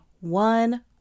one